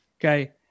Okay